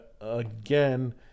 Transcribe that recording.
again